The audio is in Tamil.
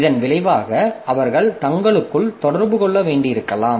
இதன் விளைவாக அவர்கள் தங்களுக்குள் தொடர்பு கொள்ள வேண்டியிருக்கலாம்